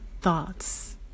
thoughts